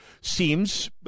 seems